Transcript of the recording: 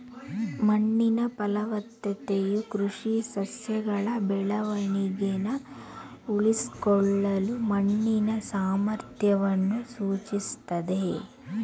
ಮಣ್ಣಿನ ಫಲವತ್ತತೆಯು ಕೃಷಿ ಸಸ್ಯಗಳ ಬೆಳವಣಿಗೆನ ಉಳಿಸ್ಕೊಳ್ಳಲು ಮಣ್ಣಿನ ಸಾಮರ್ಥ್ಯವನ್ನು ಸೂಚಿಸ್ತದೆ